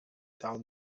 down